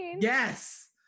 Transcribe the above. Yes